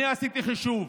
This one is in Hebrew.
אני עשיתי חישוב: